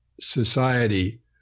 society